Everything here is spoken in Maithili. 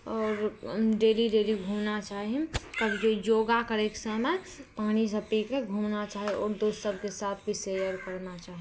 आओर डेली डेली घुमना चाही योगा करैक समय पानि सभ पीके घुमना चाही आओर दोस्त सभके साथ भी शेयर करना चाही